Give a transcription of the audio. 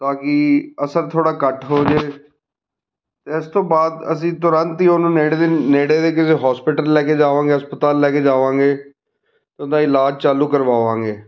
ਤਾਂ ਕੀ ਅਸਰ ਥੋੜ੍ਹਾ ਘੱਟ ਹੋਜੇ ਇਸ ਤੋਂ ਬਾਅਦ ਅਸੀਂ ਤੁਰੰਤ ਹੀ ਉਹਨੂੰ ਨੇੜੇ ਦੇ ਨੇੜੇ ਦੇ ਕਿਸੇ ਹੋਸਪਿਟਲ ਲੈ ਕੇ ਜਾਵਾਂਗੇ ਹਸਪਤਾਲ ਲੈ ਕੇ ਜਾਵਾਂਗੇ ਉਹਦਾ ਇਲਾਜ ਚਾਲੂ ਕਰਵਾਵਾਂਗੇ